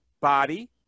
body